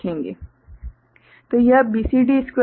तो यह BCD square है